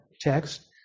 text